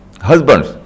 husbands